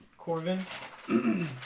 Corvin